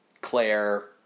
Claire